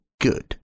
good